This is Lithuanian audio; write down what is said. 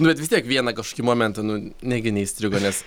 nu bet vis tiek vieną kažkokį momentą nu negi neįstrigo nes